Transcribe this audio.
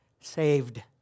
Saved